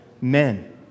men